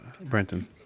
Brenton